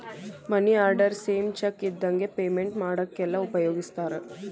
ಮನಿ order same cheque ಇದ್ದಂಗೆ payment ಮಾಡಾಕೆಲ್ಲ ಉಪಯೋಗಿಸ್ತಾರ